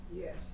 Yes